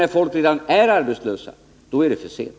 När folk redan är arbetslösa, då är det för sent.